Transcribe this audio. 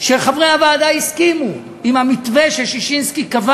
שחברי הוועדה הסכימו למתווה שששינסקי קבע